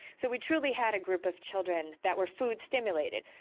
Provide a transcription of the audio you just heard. so we truly had a group of children that were food stimulated.